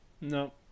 No